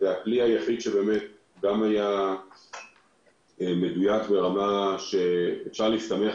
והכלי היחיד שהיה מדויק ברמה שאפשר להסתמך